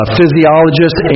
Physiologist